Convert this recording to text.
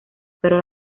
pero